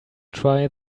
try